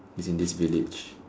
is in this village